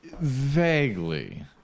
Vaguely